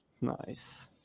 Nice